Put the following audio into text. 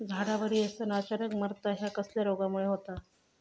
झाडा बरी असताना अचानक मरता हया कसल्या रोगामुळे होता?